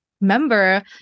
member